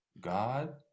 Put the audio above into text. god